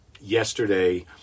yesterday